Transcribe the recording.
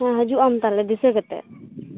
ᱦᱮᱸ ᱦᱤᱡᱩᱜ ᱟᱢ ᱛᱟᱦᱚᱞᱮ ᱫᱤᱥᱟ ᱠᱟᱛᱮᱫ